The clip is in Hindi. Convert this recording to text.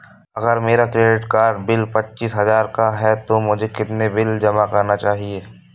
अगर मेरा क्रेडिट कार्ड बिल पच्चीस हजार का है तो मुझे कितना बिल जमा करना चाहिए?